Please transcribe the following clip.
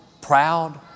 proud